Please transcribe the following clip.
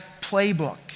playbook